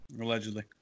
Allegedly